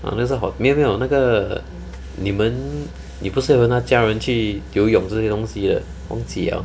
unless 是 hotel 没友没有那个你们你不是跟他家人去游泳这些东西的忘记了